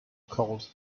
called